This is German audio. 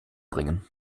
bringen